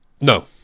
No